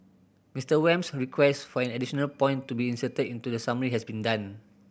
Mister Wham's request for an additional point to be inserted into the summary has been done